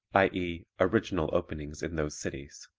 i e, original openings in those cities.